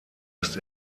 ist